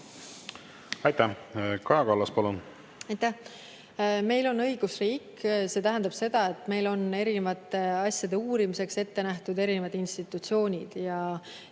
teeb seda hästi. Aitäh! Meil on õigusriik, see tähendab seda, et meil on erinevate asjade uurimiseks ette nähtud erinevad institutsioonid.